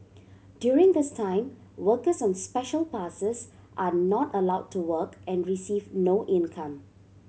during this time workers on Special Passes are not allowed to work and receive no income